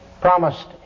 promised